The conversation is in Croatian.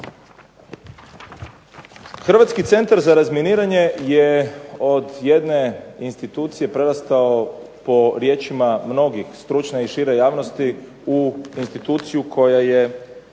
Hrvatski centar za razminiranje je od jedne institucije prerastao, po riječima mnogih, stručne i šire javnosti, u instituciju koja je